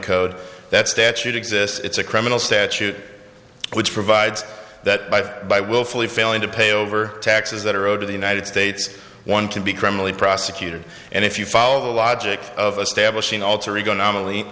code that statute exists it's a criminal statute which provides that by by willfully failing to pay over taxes that are owed to the united states one can be criminally prosecuted and if you follow the logic of a stablish in alter ego anomaly